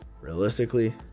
realistically